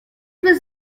was